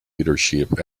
leadership